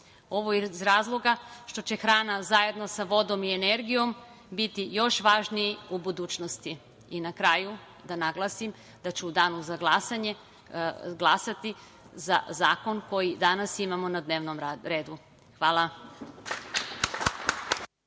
Ovo iz razloga što će hrana zajedno sa vodom i energijom biti još važniji u budućnosti. Na kraju, da naglasim, u danu za glasanje ću glasati za zakon koji danas imamo na dnevnom redu. Hvala.